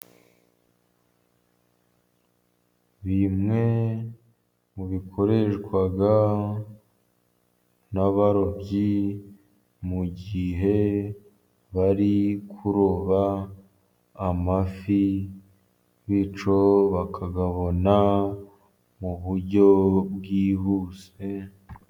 Bimwe mu bikoreshwa n'abarobyi mu gihe bari kuroba amafi, bityo bakagabana mu buryo bwihuse.